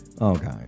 Okay